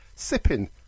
Sipping